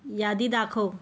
यादी दाखव